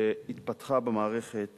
יש תופעה שהתפתחה במערכת